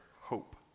hope